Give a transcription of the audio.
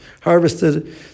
harvested